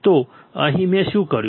તો અહીં મેં શું કર્યું